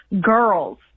girls